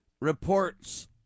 reports